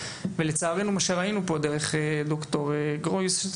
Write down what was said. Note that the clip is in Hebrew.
ולצערנו מה שראינו במצגת של דוקטור גרויס,